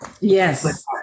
Yes